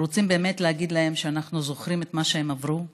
ורוצים באמת להגיד להם שאנחנו זוכרים את מה שהם עברו,